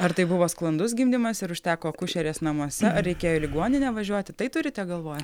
ar tai buvo sklandus gimdymas ir užteko akušerės namuose ar reikėjo į ligoninę važiuoti tai turite galvoj